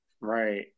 Right